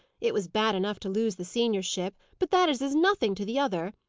it was bad enough to lose the seniorship, but that is as nothing to the other.